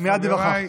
מייד ניווכח.